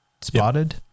spotted